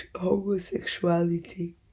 Homosexuality